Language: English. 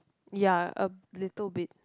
ya a little bit